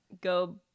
go